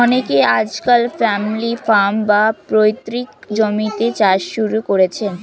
অনেকে আজকাল family farm, বা পৈতৃক জমিতে চাষ শুরু করেছেন